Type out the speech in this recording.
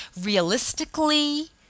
realistically